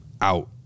out